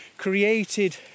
created